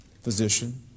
physician